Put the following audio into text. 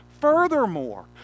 Furthermore